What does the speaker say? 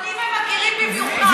אבנים הם מכירים במיוחד.